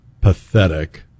pathetic